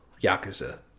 Yakuza